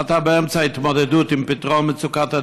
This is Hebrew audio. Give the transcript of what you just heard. אתה באמצע התמודדות עם פתרון מצוקת הדיור.